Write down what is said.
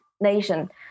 nation